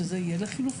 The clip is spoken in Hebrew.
שזה יהיה לחלופין.